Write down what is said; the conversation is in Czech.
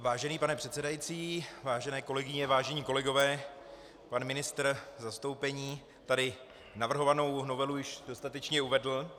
Vážený pane předsedající, vážené kolegyně, vážení kolegové, pan ministr v zastoupení tady navrhovanou novelu již dostatečně uvedl.